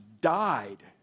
died